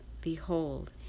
Behold